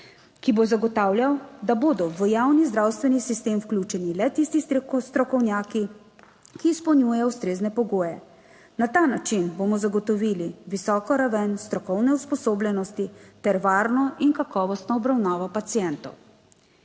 ki bo zagotavljal, da bodo v javni zdravstveni sistem vključeni le tisti strokovnjaki, ki izpolnjujejo ustrezne pogoje. Na ta način bomo zagotovili visoko raven strokovne usposobljenosti ter varno in kakovostno obravnavo pacientov.